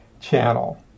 channel